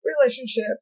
relationship